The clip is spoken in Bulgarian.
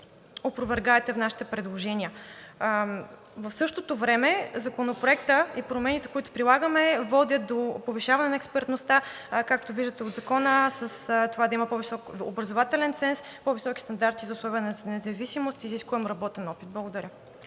опровергаете нашите предложения. В същото време Законопроектът и промените, които прeдлагаме, водят до повишаване на експертността, както виждате от Закона, с това да има по-висок образователен ценз, по-високи стандарти за обособеност и независимост и изискуем работен опит. Благодаря.